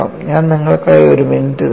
ഞാൻ നിങ്ങൾക്കായി ഒരു മിനിറ്റ് തരാം